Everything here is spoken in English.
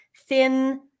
thin